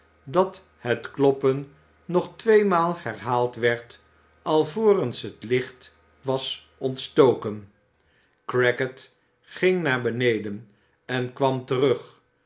dat het kloppen nog tweemaal herhaald werd alvorens het licht was ontstoken crackit ging naar beneden en kwam terug